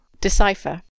Decipher